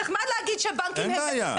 נחמד להגיד שבנקים הם --- אין בעיה.